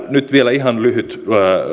nyt vielä ihan lyhyt